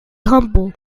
humble